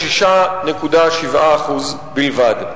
ב-46.7% בלבד.